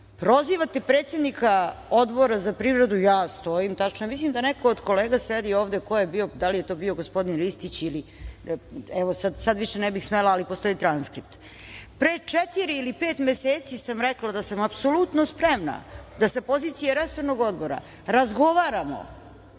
predsednika Odbora za privredu. Mislim da neko od kolega sedi ovde, ko je bio, da li je to bio gospodin Ristić, evo sada više ne bih smela, ali postoji transkript. Pre četiri ili pet meseci sam rekla da sam apsolutno spremna da sa pozicije resornog odbora razgovaramo